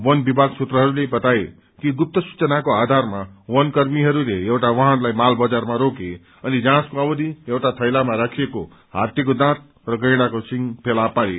बन विभाग सूत्रहरूले बातए कि गुप्त सूचनाको आधारमा बन कर्मीहरूले एउटा वाहनलाई मालबजारमा रोके अनि जाँचको अवधि एउटा थैलामा राखिएको हात्तीको दाँत र गैड़ाको सिंग पाइयो